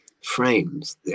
Frames